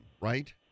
right